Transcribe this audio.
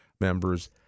members